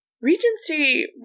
Regency